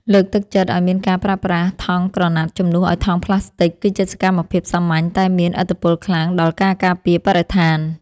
លើកទឹកចិត្តឱ្យមានការប្រើប្រាស់ថង់ក្រណាត់ជំនួសឱ្យថង់ប្លាស្ទិកគឺជាសកម្មភាពសាមញ្ញតែមានឥទ្ធិពលខ្លាំងដល់ការការពារបរិស្ថាន។